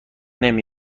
نمی